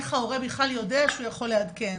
איך ההורה בכלל יודע שהוא יכול לעדכן.